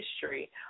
history